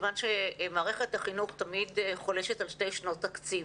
מכיוון שמערכת החינוך תמיד חולשת על שתי שנות תקציב,